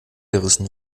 gerissen